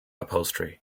upholstery